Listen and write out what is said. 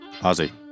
Ozzy